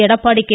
Edappadi K